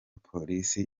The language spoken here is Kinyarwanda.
polisi